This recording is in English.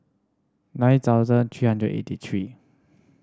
nine thousand three hundred eighty three